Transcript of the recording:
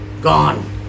Gone